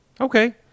Okay